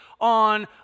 on